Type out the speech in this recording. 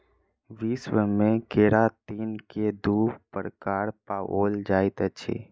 विश्व मे केरातिन के दू प्रकार पाओल जाइत अछि